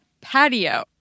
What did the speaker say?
patio